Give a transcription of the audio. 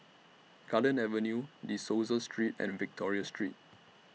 Garden Avenue De Souza Street and Victoria Street